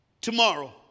tomorrow